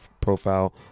profile